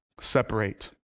separate